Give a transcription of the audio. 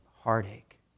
heartache